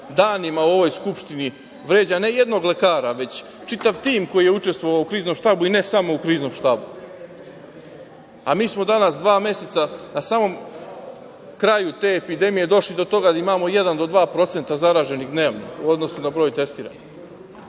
danima u ovoj Skupštini vređa, ne jednog lekara, već čitav tim koji je učestvovao u Kriznom štabu, i ne samo u Kriznom štabu. A, mi smo danas posle dva meseca, na samom kraju te epidemije došli do toga da imamo 1% do 2% zaraženih dnevno u odnosu na broj testiranih,